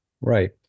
Right